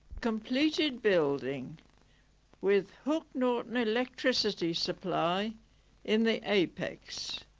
completed building with hook norton electricity supply in the apex